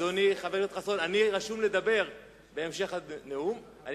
רשום ברשימת הדוברים,